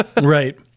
Right